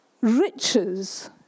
riches